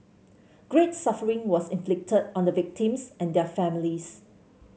great suffering was inflicted on the victims and their families